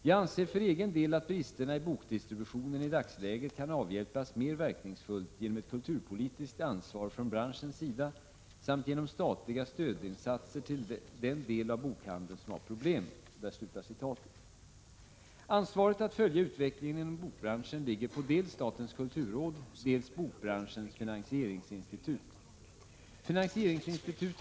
Jag anser för egen del att bristerna i bokdistributionen i dagsläget kan avhjälpas mer verkningsfullt genom ett kulturpolitiskt ansvar från branschens sida samt genom statliga stödinsatser till den del av bokhandeln som har problem.” Ansvaret att följa utvecklingen inom bokbranschen ligger på dels statens kulturråd, dels Bokbranschens finansieringsinstitut .